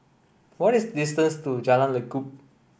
what is distance to Jalan Lekub